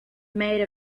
made